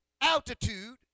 altitude